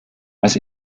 als